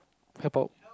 help out